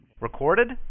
Recorded